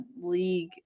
league